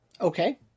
Okay